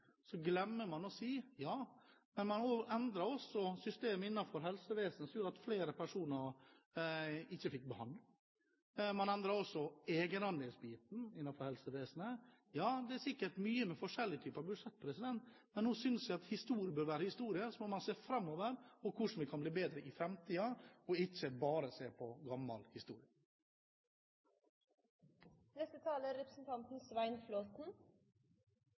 Så glemmer man å si at man endret også systemet innenfor helsevesenet, som gjorde at flere personer ikke fikk behandling. Man endret også egenandelsbiten innenfor helsevesenet. Det er sikkert mye med forskjellige typer budsjetter, men nå synes jeg at historie bør være historie. Så må man se framover og hvordan det kan bli bedre i framtiden, og ikke bare se på gammel historie. Jeg er glad for at representanten